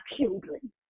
children